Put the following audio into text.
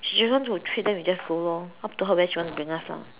she just want to treat then we just go lor up to her where she want bring us lah